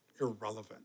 irrelevant